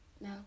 No